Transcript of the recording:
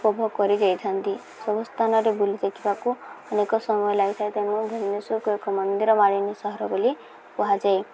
ଉପଭୋଗ କରିଯାଇଥାନ୍ତି ସବୁ ସ୍ଥାନରେ ବୁଲି ଦେଖିବାକୁ ଅନେକ ସମୟ ଲାଗିଥାଏ ତେଣୁ ଭୁବନେଶ୍ୱରକୁ ଏକ ମନ୍ଦିର ମାଳିନୀ ସହର ବୋଲି କୁହାଯାଏ